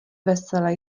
vesele